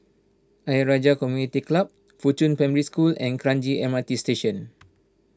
Ayer Rajah Community Club Fuchun Primary School and Kranji M R T Station